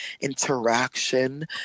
interaction